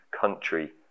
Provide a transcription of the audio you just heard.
country